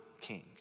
king